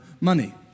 money